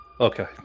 okay